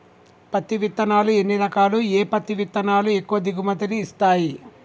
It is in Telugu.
పత్తి విత్తనాలు ఎన్ని రకాలు, ఏ పత్తి విత్తనాలు ఎక్కువ దిగుమతి ని ఇస్తాయి?